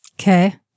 Okay